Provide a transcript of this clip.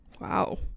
wow